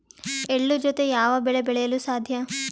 ಎಳ್ಳು ಜೂತೆ ಯಾವ ಬೆಳೆ ಬೆಳೆಯಲು ಸಾಧ್ಯ?